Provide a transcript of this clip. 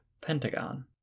pentagon